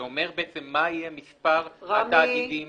שאומר בעצם מה יהיה מספר התאגידים